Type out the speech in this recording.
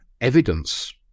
evidence